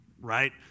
right